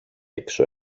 έξω